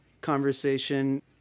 conversation